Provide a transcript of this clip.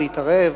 להתערב